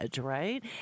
right